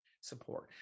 support